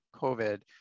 COVID